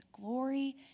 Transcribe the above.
glory